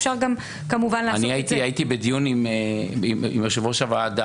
אפשר כמובן גם לעשות את זה --- הייתי בדיון עם יושב-ראש הוועדה,